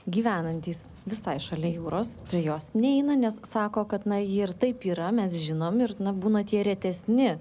gyvenantys visai šalia jūros prie jos neina nes sako kad na ji ir taip yra mes žinom ir na būna tie retesni